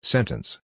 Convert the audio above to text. Sentence